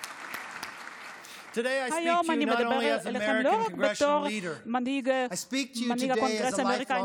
(מחיאות כפיים) היום אני מדבר אליכם לא רק בתור מנהיג הקונגרס האמריקני,